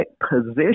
position